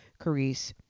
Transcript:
Carice